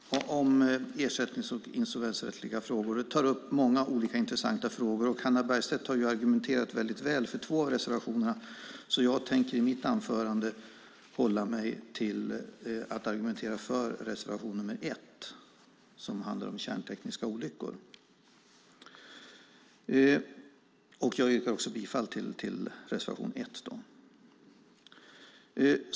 Fru talman! Civilutskottets betänkande 16 om ersättnings och insolvensrättsliga frågor tar upp många olika frågor som är intressanta. Hannah Bergstedt har argumenterat väl för två av reservationerna, så jag tänker i mitt anförande hålla mig till att argumentera för reservation 1, som handlar om kärntekniska olyckor. Jag yrkar också bifall till reservation 1.